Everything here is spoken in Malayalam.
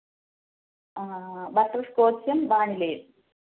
ബട്ടർസ്ക്കോച്ചും വാനിലയും